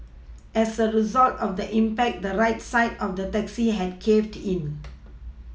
as a result of the impact the right side of the taxi had caved in